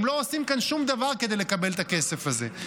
הם לא עושים כאן שום דבר כדי לקבל את הכסף הזה.